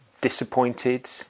disappointed